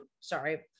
sorry